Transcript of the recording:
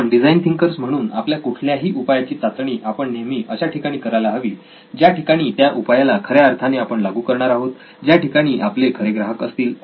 आपण design thinkers म्हणून आपल्या कुठल्याही उपायाची चाचणी आपण नेहमी अशा ठिकाणी करायला हवी ज्या ठिकाणी त्या उपायाला खऱ्या अर्थाने आपण लागू करणार आहोत ज्या ठिकाणी आपले खरे ग्राहक असतील